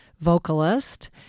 vocalist